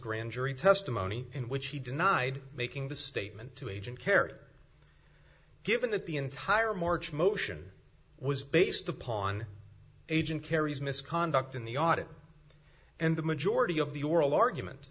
grand jury testimony in which he denied making the statement to agent care given that the entire march motion was based upon agent carey's misconduct in the audit and the majority of the oral argument